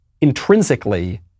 intrinsically